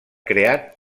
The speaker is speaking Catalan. creat